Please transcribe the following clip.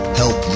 help